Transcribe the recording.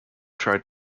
tried